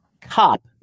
cop